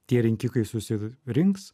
tie rinkikai susirinks